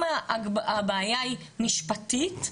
אם הבעיה היא משפטית,